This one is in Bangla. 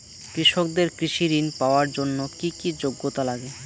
কৃষকদের কৃষি ঋণ পাওয়ার জন্য কী কী যোগ্যতা লাগে?